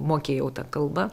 mokėjau tą kalbą